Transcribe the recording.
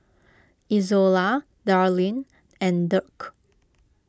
Izola Darleen and Dirk